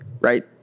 right